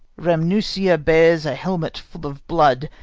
rhamnusia bears a helmet full of blood,